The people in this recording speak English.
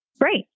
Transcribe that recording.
Great